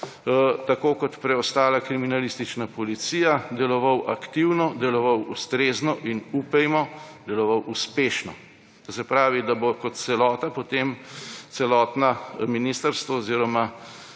tako kot preostala kriminalistična policija, deloval aktivno, deloval ustrezno in ‒ upajmo ‒ deloval uspešno. To se pravi, da bo kot celota potem celotno ministrstvo oziroma